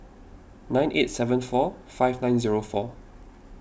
nine eight seven four five nine zero four